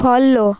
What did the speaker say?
follow